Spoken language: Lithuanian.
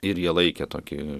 ir jie laikė tokį